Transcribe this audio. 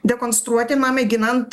dekonstruoti na mėginant